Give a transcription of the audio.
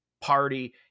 party